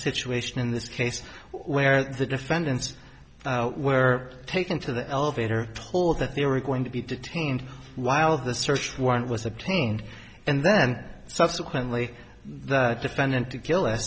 situation in this case where the defendants were taken to the elevator told that they were going to be detained while the search warrant was obtained and then subsequently the defendant to kill